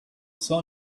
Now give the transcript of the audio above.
saw